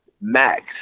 max